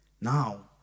Now